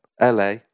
LA